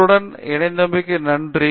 எங்களுடன் இணைத்தமைக்கு நன்றி